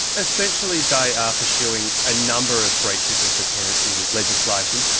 essentially they are pursuing a number of breaches of the tenancy legislation.